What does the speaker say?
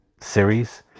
series